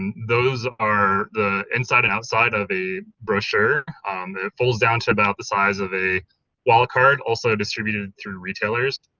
and those are the inside and outside of a brochure, and it folds down to about the size of a wallet card also distributed through retailers,